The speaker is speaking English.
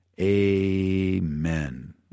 amen